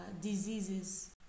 diseases